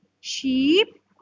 sheep